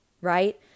right